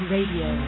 Radio